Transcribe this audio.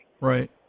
Right